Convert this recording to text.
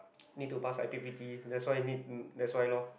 need to pass i_p_p_t that's why need that's why lor